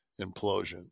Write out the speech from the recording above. implosion